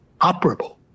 operable